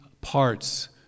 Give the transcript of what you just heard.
parts